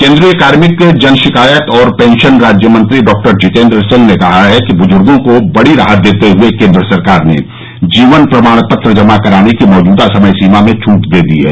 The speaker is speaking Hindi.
केन्द्रीय कार्मिक जन शिकायत और पेंशन राज्य मंत्री डॉक्टर जितेन्द्र सिंह ने कहा है कि बुजुर्गो को बड़ी राहत देते हुए केन्द्र सरकार ने जीवन प्रमाण पत्र जमा कराने की मौजूदा समय सीमा में छूट दे दी है